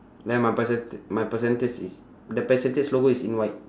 then my percenta~ my percentage is the percentage logo is in white